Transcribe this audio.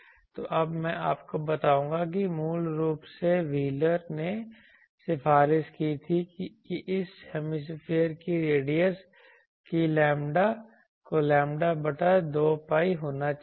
तो अब मैं आपको बताऊंगा कि मूल रूप से व्हीलर ने सिफारिश की थी कि इस हेमिस्फीयर की रेडियस को लैम्ब्डा बटा 2 pi होना चाहिए